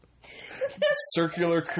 circular